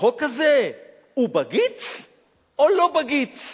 החוק הזה בגיץ או לא בגיץ?